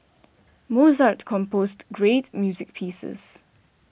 Mozart composed great music pieces